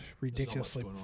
ridiculously